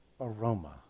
aroma